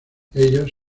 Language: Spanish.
ellos